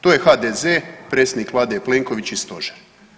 To je HDZ, predsjednik vlade je Plenković i stožer.